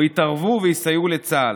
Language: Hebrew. או יתערבו ויסייעו לצה"ל.